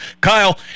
Kyle